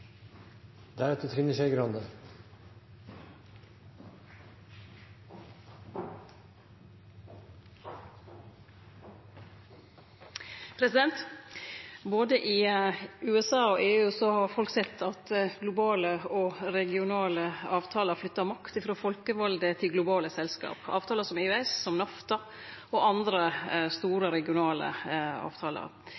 Både i USA og EU har folk sett at globale og regionale avtalar flyttar makt frå folkevalde til globale selskap – avtalar som EØS, som NAFTA og andre